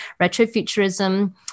retrofuturism